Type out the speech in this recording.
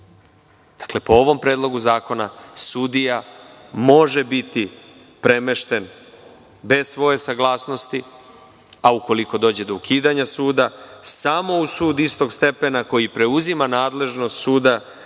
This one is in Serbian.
Dakle, po ovom predlogu zakona sudija može biti premešten bez svoje saglasnosti, a ukoliko dođe do ukidanja suda, samo u sud istog stepena koji preuzima nadležnost suda